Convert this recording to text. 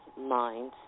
mindset